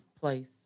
place